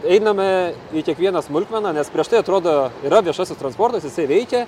einame į kiekvieną smulkmeną nes prieš tai atrodo yra viešasis transportas jisai veikia